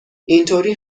اینطوری